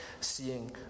seeing